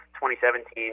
2017